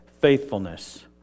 Faithfulness